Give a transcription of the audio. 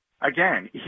again